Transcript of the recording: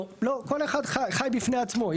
לא, כל אחד חי בפני עצמו.